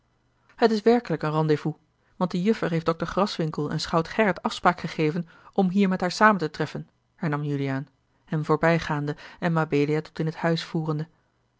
het is werkelijk een rendez-vous want de juffer heeft dokter graswinckel en schout gerrit afspraak gegeven om hier met haar samen te treffen hernam juliaan hem voorbijgaande en mabelia tot in het huis voerende